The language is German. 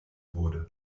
wurde